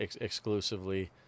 exclusively